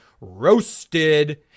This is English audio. roasted